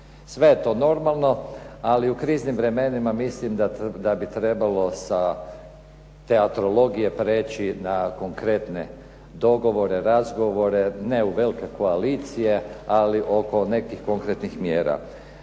Sve je to normalno, ali u kriznim vremenima mislim da bi trebalo sa teatrologije preći na konkretne dogovore, razgovore, ne u velike koalicije. Ali oko nekih konkretnih mjera.